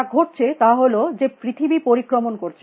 যা ঘটছে তা হল যে পৃথিবী পরিক্রমণ করছে